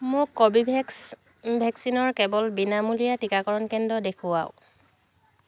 মোক কৰ্বীভেক্স ভেকচিনৰ কেৱল বিনামূলীয়া টিকাকৰণ কেন্দ্ৰ দেখুৱাওক